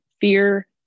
fear